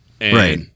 Right